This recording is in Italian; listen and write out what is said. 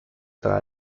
tra